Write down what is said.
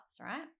right